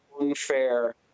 unfair